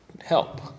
help